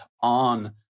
on